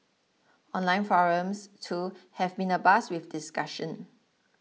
online forums too have been abuzz with discussion